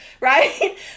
right